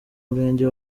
murenge